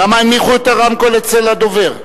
למה הנמיכו את הרמקול אצל הדובר?